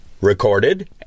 recorded